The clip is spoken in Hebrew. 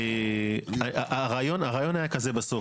אדוני היושב-ראש,